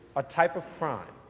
a type of crime,